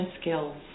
skills